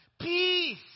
Peace